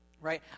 right